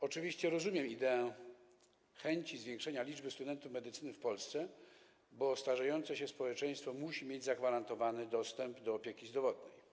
Oczywiście rozumiem ideę chęci zwiększenia liczby studentów medycyny w Polsce, bo starzejące się społeczeństwo musi mieć zagwarantowany dostęp do opieki zdrowotnej.